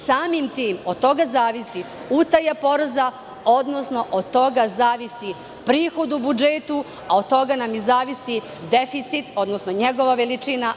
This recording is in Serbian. Samim tim, od toga zavisi utaja poreza, odnosno od toga zavisi prihod u budžetu, a od toga nam i zavisi deficit, odnosno njegova veličina.